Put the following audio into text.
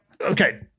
Okay